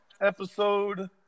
episode